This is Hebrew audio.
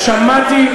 שמעתי,